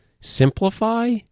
simplify